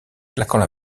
claquant